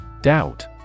Doubt